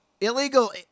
illegal